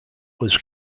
was